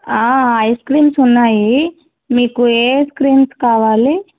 ice creams ఉన్నాయి మీకు ఏ ఐస్క్రీమ్స్ కావాలి